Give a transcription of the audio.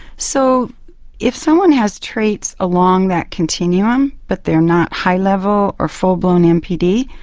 so if someone has traits along that continuum but they are not high level or full-blown npd,